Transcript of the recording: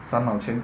三毛钱